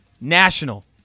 national